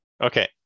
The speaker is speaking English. okay